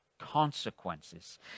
consequences